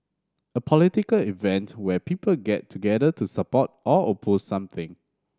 a political event where people get together to support or oppose something